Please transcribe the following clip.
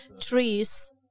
trees